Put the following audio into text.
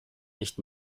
nicht